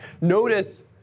Notice